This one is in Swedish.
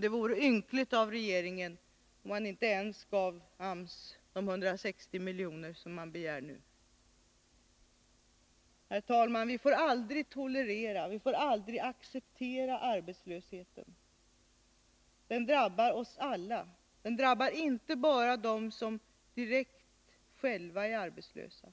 Det vore ynkligt om regeringen inte gav AMS ens de 160 milj.kr. som man nu begär. Herr talman! Vi får aldrig tolerera och acceptera arbetslösheten. Den drabbar oss alla, inte bara de människor som själva är direkt arbetslösa.